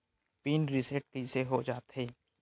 Pin reset कइसे हो जाथे?